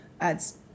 adds